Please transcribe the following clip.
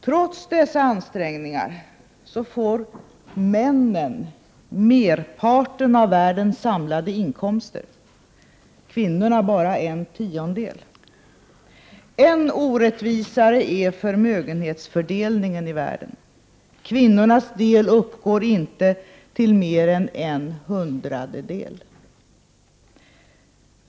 Trots dessa anträngningar får männen merparten av världens samlade inkomster, kvinnorna bara en tiondel. Än orättvisare är förmögenhetsfördelningen i världen. Kvinnornas del uppgår inte till mer än en hundradel.